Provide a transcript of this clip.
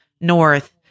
north